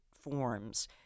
forms